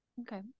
Okay